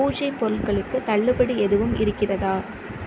பூஜை பொருட்களுக்கு தள்ளுபடி எதுவும் இருக்கிறதா